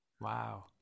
Wow